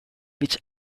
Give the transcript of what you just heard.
which